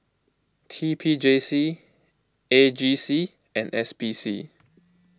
T P J C A G C and S P C